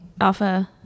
alpha